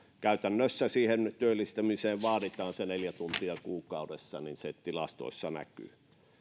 käytännössä siihen työllistämiseen vaaditaan se neljä tuntia kuukaudessa niin se tilastoissa näkyy